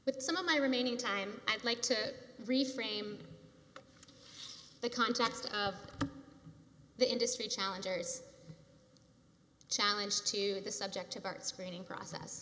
with some of my remaining time i'd like to rephrase the context of the industry challengers challenge to the subject of our screening process